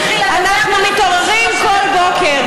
אנחנו מתעוררים כל בוקר.